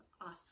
awesome